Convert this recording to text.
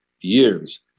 years